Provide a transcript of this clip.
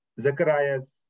Zacharias